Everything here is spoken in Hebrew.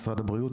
משרד הבריאות,